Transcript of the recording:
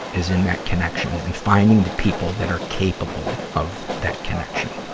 is in that connection. and finding the people that are capable of that connection.